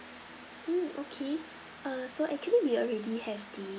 mm okay err so actually we already have the